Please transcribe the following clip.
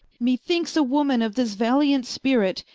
me thinkes a woman of this valiant spirit,